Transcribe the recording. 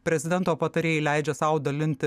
prezidento patarėjai leidžia sau dalinti